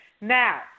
Now